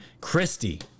Christie